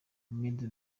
hamidu